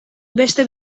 beste